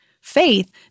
Faith